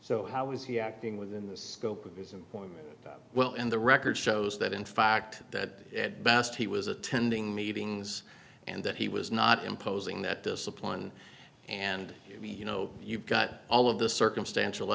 so how was he acting within the scope of his employment well and the record shows that in fact that at best he was attending meetings and that he was not imposing that discipline and you know you've got all of the circumstantial